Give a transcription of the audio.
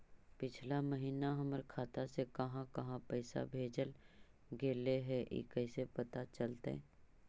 पिछला महिना हमर खाता से काहां काहां पैसा भेजल गेले हे इ कैसे पता चलतै?